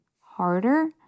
harder